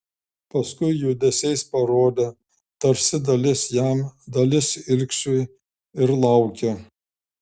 paskui judesiais parodė tarsi dalis jam dalis ilgšiui ir laukė